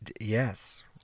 Yes